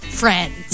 friends